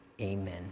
Amen